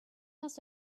must